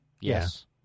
Yes